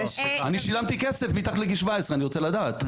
אני שילמתי כסף מתחת לגיל 17, אני רוצה לדעת.